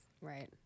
right